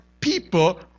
people